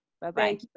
Bye-bye